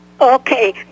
Okay